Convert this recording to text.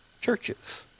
churches